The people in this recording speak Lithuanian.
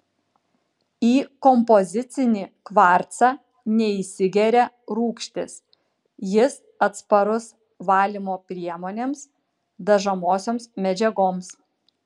į kompozicinį kvarcą neįsigeria rūgštys jis atsparus valymo priemonėms dažomosioms medžiagoms